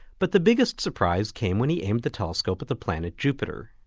but the biggest surprise came when he aimed the telescope at the planet jupiter.